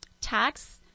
tax